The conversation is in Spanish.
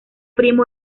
primo